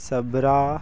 ਸਭਰਾ